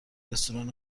رستوران